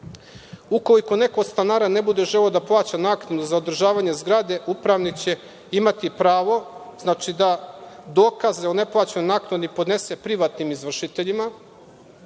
ukoliko neko od stanara ne bude želeo da plaća naknadu za održavanje zgrade, upravnik će imati pravo da dokaze o neplaćenoj naknadi podnese privatnim izvršiteljima.